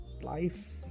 life